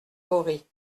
vaury